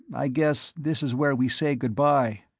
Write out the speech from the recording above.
i guess this is where we say good-bye.